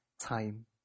time